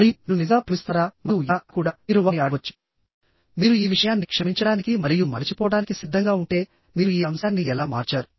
మరియు మీరు నిజంగా ప్రేమిస్తున్నారా మరియు ఎలా అని కూడా మీరు వారిని అడగవచ్చు మీరు ఈ విషయాన్ని క్షమించడానికి మరియు మరచిపోవడానికి సిద్ధంగా ఉంటే మీరు ఈ అంశాన్ని ఎలా మార్చారు